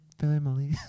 family